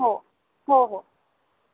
हो हो हो